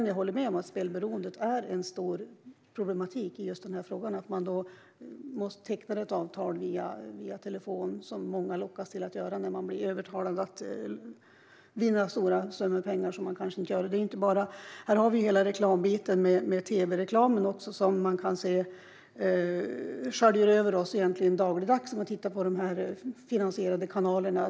Jag håller med om att spelberoendet är en stor problematik i frågan. Man tecknar ett avtal via telefon, som många lockas till att göra när man blir övertalad om att vinna stora summor pengar som man kanske inte gör. Här har vi också hela reklambiten med tv-reklamen. Den sköljer över oss dagligdags när man tittar på de finansierade kanalerna.